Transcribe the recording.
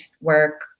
work